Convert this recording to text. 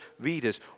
readers